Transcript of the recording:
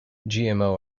gmo